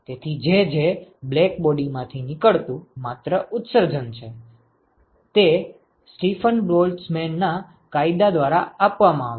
તેથી Jj blackbody માંથી નીકળતું માત્ર ઉત્સર્જન છે અને તે સ્ટીફન બોલ્ટઝમેન ના કાયદા દ્વારા આપવામાં આવ્યું છે